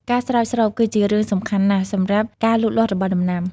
ការស្រោចស្រពគឺជារឿងសំខាន់ណាស់សម្រាប់ការលូតលាស់របស់ដំណាំ។